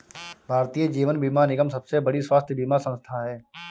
भारतीय जीवन बीमा निगम सबसे बड़ी स्वास्थ्य बीमा संथा है